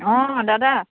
অঁ দাদা